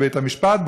בבית המשפט,